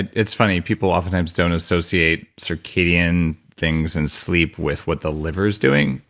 and it's funny, people oftentimes don't associate circadian things and sleep with what the liver is doing.